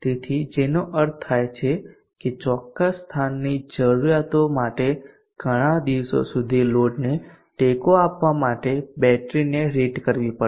તેથી જેનો અર્થ થાય છે કે ચોક્કસ સ્થાનની જરૂરિયાતો માટે ઘણા દિવસો સુધી લોડને ટેકો આપવા માટે બેટરીને રેટ કરવી પડશે